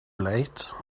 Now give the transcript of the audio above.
late